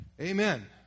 Amen